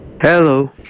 Hello